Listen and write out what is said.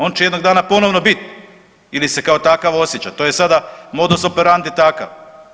On će jednog dana ponovno biti ili se kao takav osjećati, to je sada modus operandi takav.